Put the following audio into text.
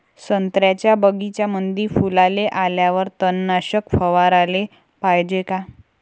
संत्र्याच्या बगीच्यामंदी फुलाले आल्यावर तननाशक फवाराले पायजे का?